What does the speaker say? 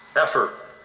effort